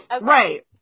Right